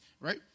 right